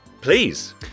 Please